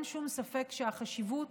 אין שום ספק שהחשיבות